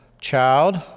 Child